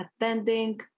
attending